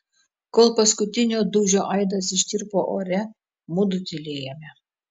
kol paskutinio dūžio aidas ištirpo ore mudu tylėjome